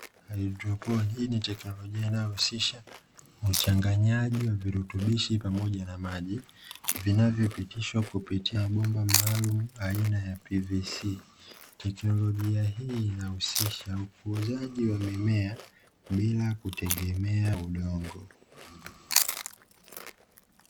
Haidroponi, hii ni teknolojia inayohusisha uchanganyaji wa virutubishi pamoja na maji vinavyopitishwa kupitia bomba maalumu aina ya "pvc". Teknolojia hii inahusisha ukuzaji wa mimea bila kutegemea udongo.